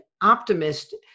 optimist